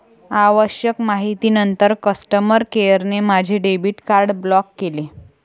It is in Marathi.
आवश्यक माहितीनंतर कस्टमर केअरने माझे डेबिट कार्ड ब्लॉक केले